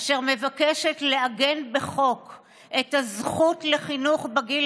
אשר מבקשת לעגן בחוק את הזכות לחינוך בגיל